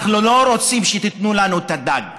אנחנו לא רוצים שתיתנו לנו את הדג,